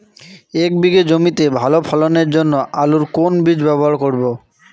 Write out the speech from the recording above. এক বিঘে জমিতে ভালো ফলনের জন্য আলুর কোন বীজ ব্যবহার করব?